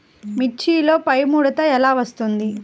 మిర్చిలో పైముడత ఎలా వస్తుంది?